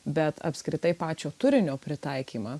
bet apskritai pačio turinio pritaikymą